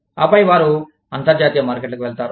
ఆపై వారు అంతర్జాతీయ మార్కెట్లకు వెళతారు